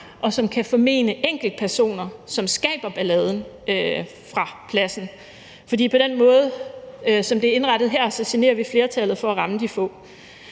og som kan formene enkeltpersoner, som skaber ballade, adgang til pladsen, for på den måde, som det er indrettet på her, generer vi flertallet for at ramme de få.